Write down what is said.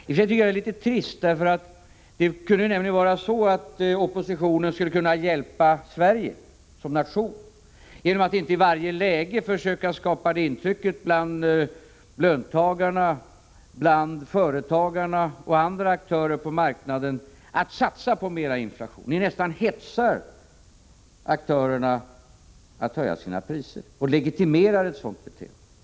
Men det är litet trist att så sker, eftersom oppositionen skulle kunna hjälpa Sverige som nation genom att inte i varje läge försöka skapa det intrycket bland löntagarna, företagarna och andra aktörer på marknaden att det är rätt att satsa på mera inflation. Ni nästan hetsar aktörerna att höja sina priser och legitimerar ett sådant beteende.